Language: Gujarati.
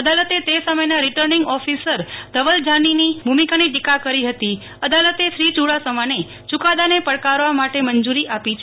અદાલતે તે સમયના રીટર્નિંગ ઓફિસર ધવલ જાનીની ભુમિકાની ટીકા કરી હતી અદાલતે શ્રી યુડાસમાને યુકાદાને પડકારવા માટે મજુરી આપી છે